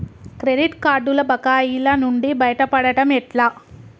Credit కార్డుల బకాయిల నుండి బయటపడటం ఎట్లా?